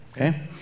Okay